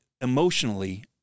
emotionally